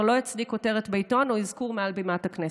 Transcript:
לא יצדיק כותרת בעיתון או אזכור מעל בימת הכנסת.